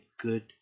good